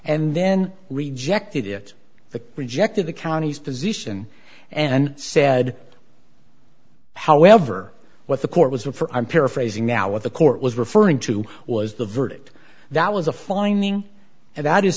and then rejected it the rejected the county's position and said however what the court was for i'm paraphrasing now what the court was referring to was the verdict that was a finding that is